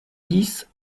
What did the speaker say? dix